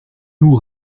nous